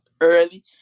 early